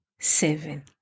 Seven